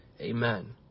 Amen